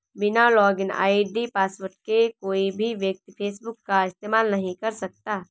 बिना login ID password के कोई भी व्यक्ति फेसबुक का इस्तेमाल नहीं कर सकता